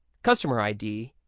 customer id.